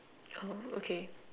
oh okay